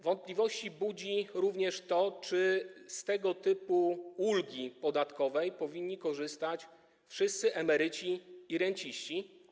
Wątpliwości budzi również to, czy z tego typu ulgi podatkowej powinni korzystać wszyscy emeryci i renciści.